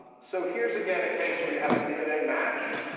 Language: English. so here's again a case where you have a dna match.